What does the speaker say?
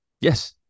Yes